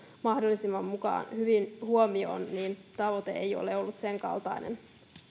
mahdollisimman hyvin huomioon niin tavoite ei ole ollut senkaltainen